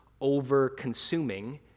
over-consuming